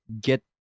get